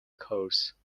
course